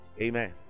Amen